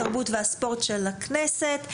התרבות והספורט של הכנסת.